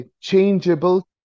changeable